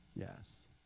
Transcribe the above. Yes